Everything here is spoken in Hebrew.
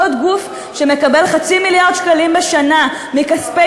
עוד גוף שמקבל חצי מיליארד שקלים בשנה מכספי